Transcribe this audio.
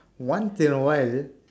once in a while